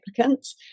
applicants